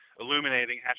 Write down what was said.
Illuminating